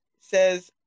says